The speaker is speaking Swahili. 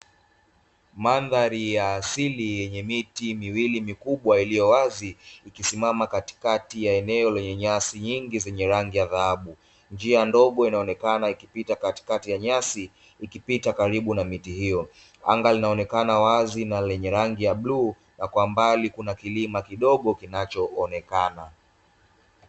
Mandhari ya asili yenye miti miwili mikubwa iliyo wazi, ikisimama katikati ya eneo lenye nyasi nyingi zenye rangi ya dhahabu, njia ndogo inaonekana ikipita katikati ya nyasi ikipita karibu na miti hiyo, anga linaoneka wazi na lenye rangi ya bluu, na kwa mbali kuna kilima kidogo kinachoonekana.